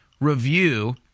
review